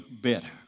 better